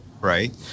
Right